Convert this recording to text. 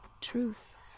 Truth